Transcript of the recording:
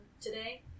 today